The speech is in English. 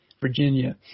Virginia